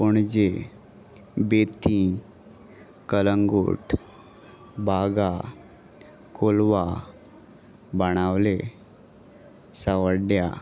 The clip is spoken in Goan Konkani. पणजे बेथी कलंगूट बागा कोलवा बाणावले सावड्ड्या